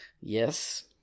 Yes